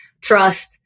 Trust